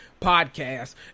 podcast